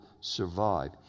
survive